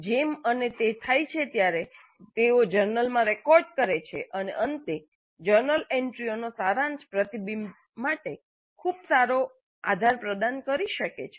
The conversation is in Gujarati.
જેમ અને તે થાય છે ત્યારે તેઓ જર્નલમાં રેકોર્ડ કરે છે કે અને અંતે જર્નલ એન્ટ્રીઓનો સારાંશ પ્રતિબિંબ માટે ખૂબ સારો આધાર પ્રદાન કરી શકે છે